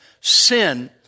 sin